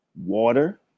water